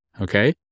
Okay